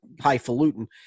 highfalutin